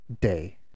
day